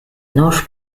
north